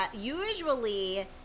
usually